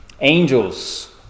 Angels